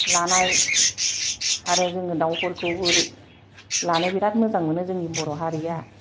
लानाय आरो जोङो दाउफोरखौबो लानो बिराद मोजां मोनो जोंनि बर' हारिआ